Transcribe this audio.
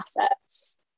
assets